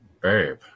babe